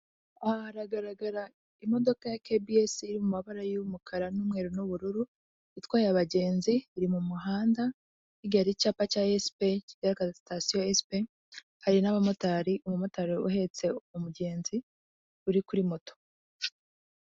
Aha haragaragara imodoka ya KBS iri mu mabara y'umukara n'umweru n'ubururu, itwaye abagenzi. Iri mu muhanda igana icyapa cya sp kigaragaza station ya sp hari n'abamotari, umumotari uhetse umugenzi uri kuri moto.